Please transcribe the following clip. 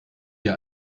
ihr